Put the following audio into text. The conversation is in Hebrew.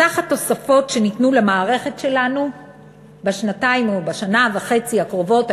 סך התוספות שניתנו למערכת שלנו בשנתיים או בשנה וחצי הקרובות,